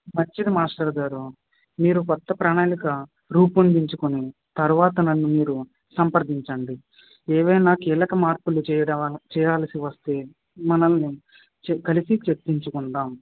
మంచిది మాస్టారుగారు మీరు కొత్త ప్రణాళిక రూపొందించుకొని తర్వాత నన్ను మీరు సంప్రదించండి ఏవైనా కీలక మార్పులు చేయడమా చేయవలసి వస్తే మనం చ కలిసి చర్చించుకుందాం